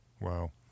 wow